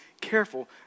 careful